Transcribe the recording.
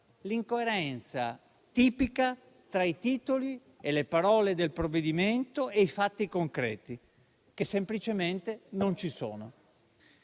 l'incoerenza tipica tra i titoli e le parole del provvedimento e i fatti concreti, che semplicemente non ci sono.